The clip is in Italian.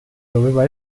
doveva